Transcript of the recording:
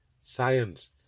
science